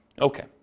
Okay